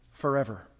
forever